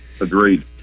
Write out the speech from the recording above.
Agreed